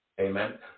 Amen